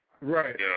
Right